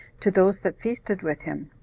to those that feasted with him,